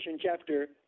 chapter